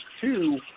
two